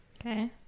okay